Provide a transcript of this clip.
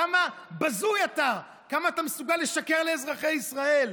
כמה בזוי אתה, כמה אתה מסוגל לשקר לאזרחי ישראל.